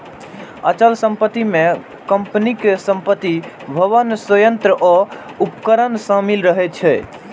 अचल संपत्ति मे कंपनीक संपत्ति, भवन, संयंत्र आ उपकरण शामिल रहै छै